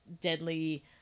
deadly